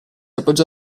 appoggiò